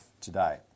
today